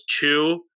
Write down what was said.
two